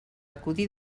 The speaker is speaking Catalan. acudir